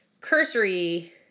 cursory